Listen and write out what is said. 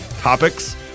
topics